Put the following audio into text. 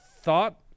thought